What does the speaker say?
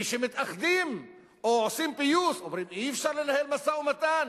כשמתאחדים או עושים פיוס אומרים: אי-אפשר לנהל משא-ומתן.